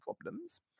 problems